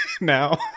now